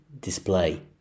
display